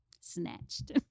snatched